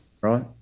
right